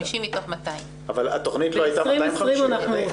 50 מתוך 200. התכנית לא הייתה 250 מיליון?